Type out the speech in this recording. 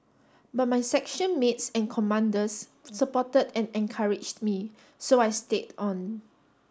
but my section mates and commanders supported and encouraged me so I stayed on